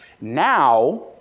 now